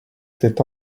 s’est